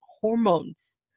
hormones